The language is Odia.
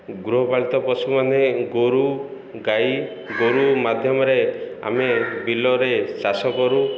ଗୃହପାଳିତ ପଶୁମାନେ ଗୋରୁ ଗାଈ ଗୋରୁ ମାଧ୍ୟମରେ ଆମେ ବିଲରେ ଚାଷ କରୁ